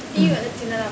mm